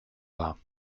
war